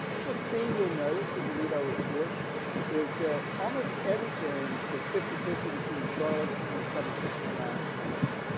so a theme you'll notice as you read our report is that almost everything is fifty fifty between charlotte and the seven surrounding counties.